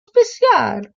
spéciale